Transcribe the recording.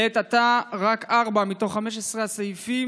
לעת עתה רק ארבעה מתוך 15 הסעיפים